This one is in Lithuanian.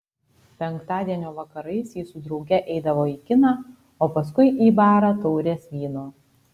penktadienio vakarais ji su drauge eidavo į kiną o paskui į barą taurės vyno